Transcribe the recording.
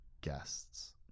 guests